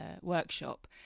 workshop